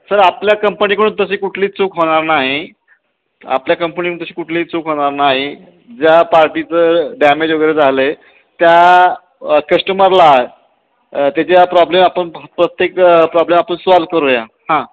sir आपल्या कंपनीकडून तशी कुठली चूक होणार नाही आपल्या कंपनीतून तशी कुठलीही चूक होणार नाही ज्या पार्टीचं डॅमेज वगैरे झालं आहे त्या कश्टमरला त्याच्या प्रॉब्लेम आपण प्रत्येक प्रॉब्लेम आपण सॉल्व करूया हां